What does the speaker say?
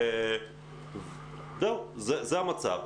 זה המצב,